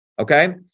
Okay